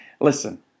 Listen